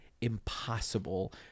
impossible